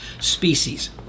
species